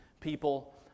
people